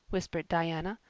whispered diana.